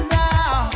now